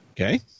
Okay